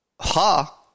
ha